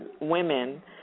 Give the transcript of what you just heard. women